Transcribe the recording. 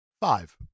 five